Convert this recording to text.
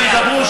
שיידברו,